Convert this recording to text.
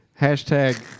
Hashtag